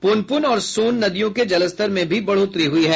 प्रनप्रन और सोन नदियों के जलस्तर में भी बढ़ोतरी हुई है